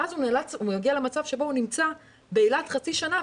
ואז הוא מגיע למצב שבו הוא נמצא באילת חצי שנה,